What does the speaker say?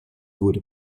wurde